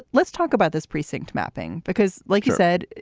let's talk about this precinct mapping, because like you said,